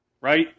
right